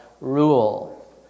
rule